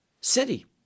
city